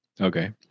Okay